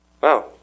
Wow